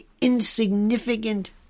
insignificant